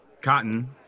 Cotton